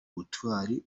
butwari